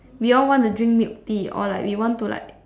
we all want to drink milk tea or like we want to like